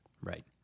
Right